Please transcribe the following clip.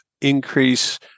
Increase